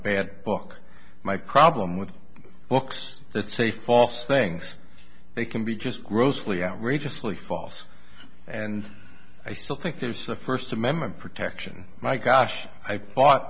bad book my problem with books that say false things they can be just grossly outrageously false and i still think there's a first amendment protection my gosh i thought